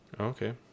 okay